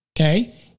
Okay